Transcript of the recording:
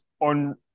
on